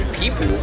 people